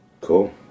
cool